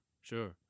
Sure